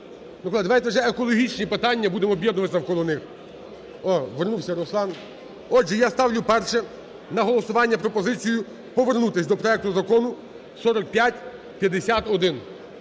Давайте вже екологічні питання, будемо об'єднуватися навколо них. Отже, я ставлю першою на голосування пропозицію повернутись до проекту закону 4551.